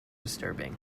disturbing